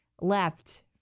left